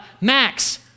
Max